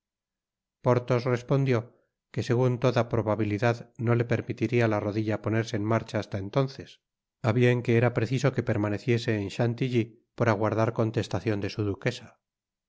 líos respondió que segun toda probabilidad no le permitiria la rodilla ponerse en marcha hasla entonces a bien que era preciso que permaneciese en chantilly por aguardar contestacion de su duquesa